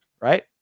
right